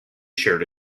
tshirt